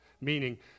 meaning